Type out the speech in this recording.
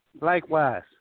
Likewise